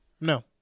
No